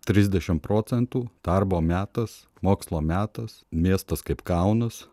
trisdešimt procentų darbo metas mokslo metas miestas kaip kaunas